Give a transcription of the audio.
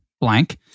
blank